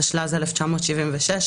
התשל"ז 1976 (להלן,